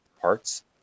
parts